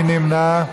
מי נמנע?